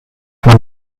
man